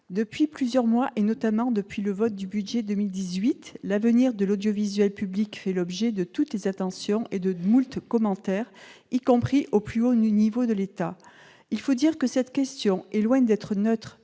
depuis plusieurs mois, notamment depuis le vote du budget pour 2018, l'avenir de l'audiovisuel public fait l'objet de toutes les attentions et de moult commentaires, y compris au plus haut niveau de l'État. Il faut dire que cette question est loin d'être neutre